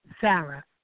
Sarah